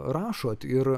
rašot ir